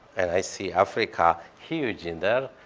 and i see africa huge in there,